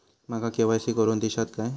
माका के.वाय.सी करून दिश्यात काय?